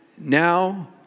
Now